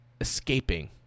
escaping